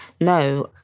no